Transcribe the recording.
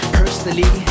personally